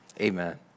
Amen